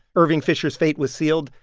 irving fisher's fate was sealed.